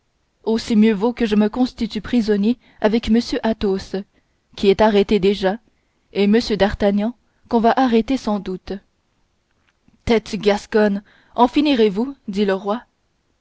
ainsi mieux vaut que je me constitue prisonnier avec m athos qui est arrêté déjà et m d'artagnan qu'on va arrêter sans doute tête gasconne en finirez vous dit le roi